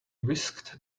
whisked